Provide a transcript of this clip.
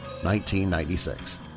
1996